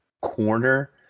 corner